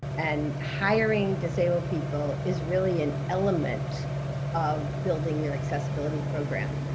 and hiring disabled people is really an element of building your accessibility program.